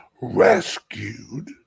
rescued